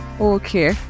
Okay